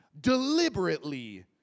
Deliberately